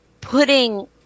putting